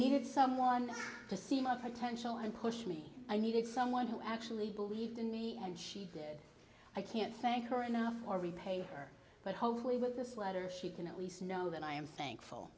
needed someone to seem of potential and push me i needed someone who actually believed in me and she i can't thank her enough or repay her but hopefully with this letter she can at least know that i am thankful